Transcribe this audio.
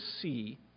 see